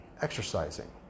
exercising